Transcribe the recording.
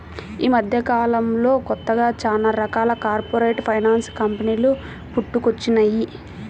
యీ మద్దెకాలంలో కొత్తగా చానా రకాల కార్పొరేట్ ఫైనాన్స్ కంపెనీలు పుట్టుకొచ్చినియ్యి